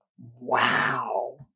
Wow